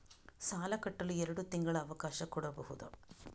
ಸಾಲ ಕಟ್ಟಲು ಎರಡು ತಿಂಗಳ ಅವಕಾಶ ಕೊಡಬಹುದಾ?